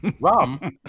Rum